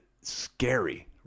scary